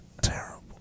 Terrible